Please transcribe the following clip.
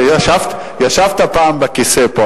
ישבת פעם בכיסא פה,